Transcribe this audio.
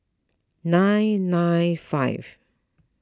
nine nine five